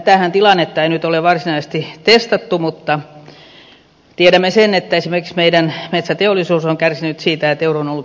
tätä tilannettahan ei nyt ole varsinaisesti testattu mutta tiedämme sen että esimerkiksi meidän metsäteollisuutemme on kärsinyt siitä että euro on ollut erittäin vahva